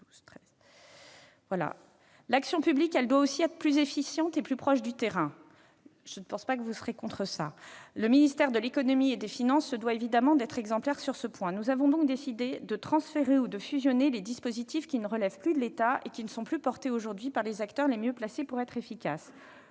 L'action publique doit aussi être plus efficiente et plus proche du terrain ; je ne pense pas que vous me contredirez ... Le ministère de l'économie et des finances se doit évidemment d'être exemplaire sur ce point. Nous avons donc décidé de transférer ou de fusionner les dispositifs qui ne relèvent plus de l'État et qui ne sont plus portés aujourd'hui par des acteurs les mieux placés pour être efficaces.